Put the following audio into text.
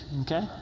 okay